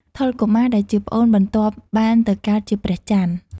ថុល កុមារ ដែលជាប្អូនបន្ទាប់បានទៅកើតជា ព្រះចន្ទ។